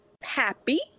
happy